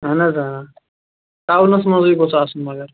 اہن حظ آ ٹَونَس منٛزٕے گوژھ آسُن مگر